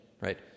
right